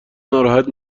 ناراحت